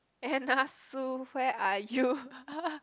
Anna Sue where are you